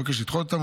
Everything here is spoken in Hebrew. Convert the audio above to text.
אבקש לדחות אותן.